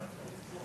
מעל בימת הכנסת,